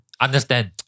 Understand